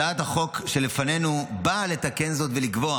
הצעת החוק שלפנינו באה לתקן זאת ולקבוע